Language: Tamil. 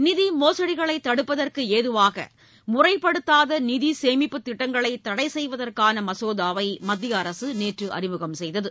நிதி மோசுடிகளைத் தடுப்பதற்கு ஏதுவாக மத்திய அரசு முறைப்படுத்தாத நிதி சேமிப்புத் திட்டங்களை தடை செய்வதற்கான மசோதாவை மத்திய அரசு நேற்று அறிமுகம் செய்தது